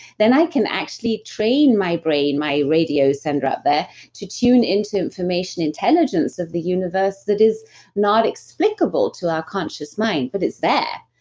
then i can actually train my brain, my radio sender out there to tune in to information intelligence of the universe that is not explicable to our conscious mind but it's there,